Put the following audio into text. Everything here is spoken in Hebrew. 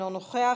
אינו נוכח,